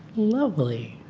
lovely.